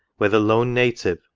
where the lone native,